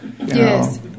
Yes